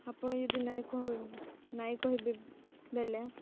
ଆପଣ ଯଦି ନାଇଁ ନାଇଁ କହିବି ବେଲେ